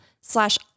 slash